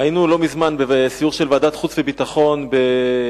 היינו לא מזמן בסיור של ועדת חוץ וביטחון בבקו"ם.